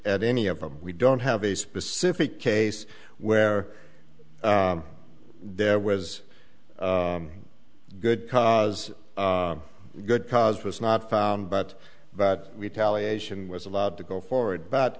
at any of them we don't have a specific case where there was good cause a good cause was not found but about retaliation was allowed to go forward but